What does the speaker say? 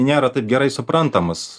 nėra taip gerai suprantamas